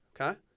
Okay